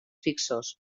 fixos